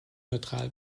neutral